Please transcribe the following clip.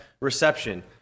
reception